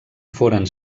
foren